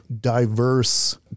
diverse